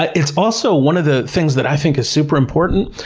ah it's also one of the things that i think is super important,